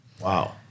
Wow